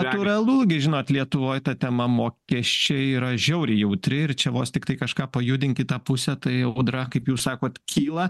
natūralu gi žinot lietuvoj ta tema mokesčiai yra žiauriai jautri ir čia vos tiktai kažką pajudink į tą pusę tai audra kaip jūs sakot kyla